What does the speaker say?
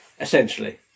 Essentially